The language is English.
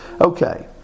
okay